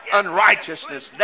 unrighteousness